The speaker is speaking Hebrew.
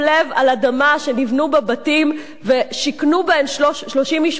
על אדמה שנבנו בה בתים ושיכנו בהם 30 משפחות,